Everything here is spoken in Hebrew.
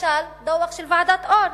למשל מדוח ועדת-אור,